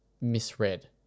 misread